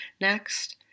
Next